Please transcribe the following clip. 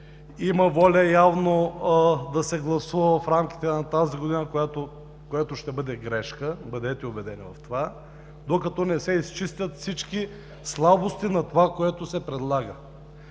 има воля да се гласува в рамките на тази година, което ще бъде грешка, бъдете убедени в това, докато не се изчистят всички слабости на това, което се предлага.